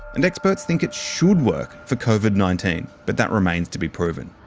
and experts think it should work for covid nineteen but that remains to be proven.